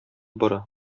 бара